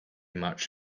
much